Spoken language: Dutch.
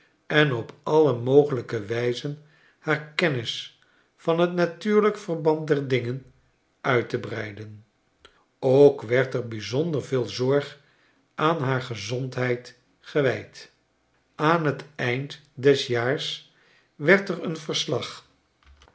en op alle mogelijke wijze haar kennis van t natuurlijk verband der dingen uit te breiden ook werd er bijzonder veel zorg aan haar gezondheid gewijd aan t eiride des jaars werd er een verslag